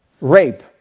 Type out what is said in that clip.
rape